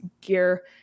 gear